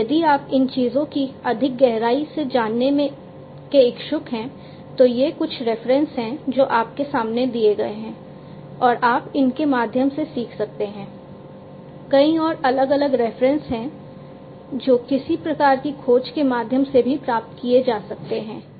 और यदि आप इन चीजों की अधिक गहराई से जानने के इच्छुक हैं तो ये कुछ रेफरेंसेस हैं जो किसी प्रकार की खोज के माध्यम से भी प्राप्त किए जा सकते हैं